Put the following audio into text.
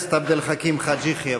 הכנסת עבד אל חכים חאג' יחיא,